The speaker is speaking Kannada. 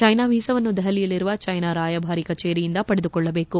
ಚ್ಲೆನಾ ವೀಸಾವನ್ನು ದೆಹಲಿಯಲ್ಲಿರುವ ಚ್ಲೆನಾ ರಾಯಭಾರಿ ಕಚೇರಿಯಿಂದ ಪಡೆದುಕೊಳ್ಳಬೇಕು